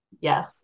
Yes